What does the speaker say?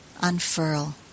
unfurl